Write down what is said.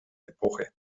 epoche